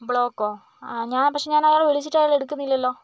ബ്ലോക്കോ ആ ഞാ പക്ഷെ ഞാനയാളെ വിളിച്ചിട്ട് അയാൾ എടുക്കുന്നില്ലല്ലോ